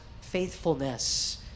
faithfulness